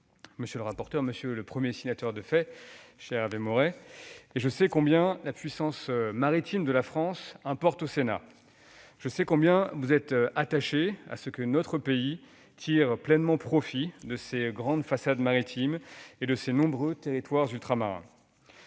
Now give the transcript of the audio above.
monsieur le rapporteur et monsieur le premier signataire de fait, cher Hervé Maurey. Je sais combien la puissance maritime de la France importe au Sénat. Je sais combien vous êtes attachés à ce que notre pays tire pleinement profit de ses grandes façades maritimes et de ses nombreux territoires ultramarins.